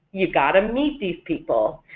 you've got to meet these people,